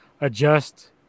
adjust